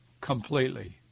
completely